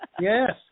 Yes